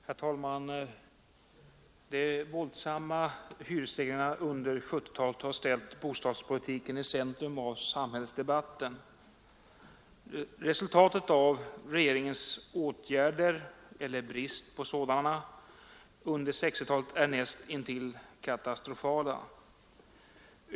Herr talman! De våldsamma hyresstegringarna under 1970-talet har ställt bostadspolitiken i centrum för samhällsdebatten. Resultatet av regeringens åtgärder — eller brist på sådana — under 1960-talet är näst intill katastrofalt.